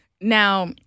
Now